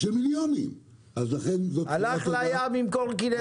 הלך לים עם קורקינט,